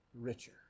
richer